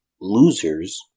losers